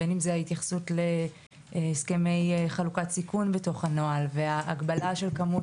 כולל ההתייחסות להסכמי חלוקת סיכון בתוך הנוהל והגבלה של כמות